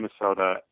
Minnesota